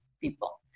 people